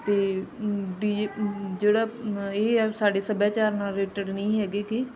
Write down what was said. ਅਤੇ D J ਜਿਹੜਾ ਇਹ ਹੈ ਸਾਡੇ ਸੱਭਿਆਚਾਰ ਨਾਲ ਰਿਲੇਟਡ ਨਹੀਂ ਹੈਗੇ ਕਿ